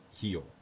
heal